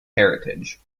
heritage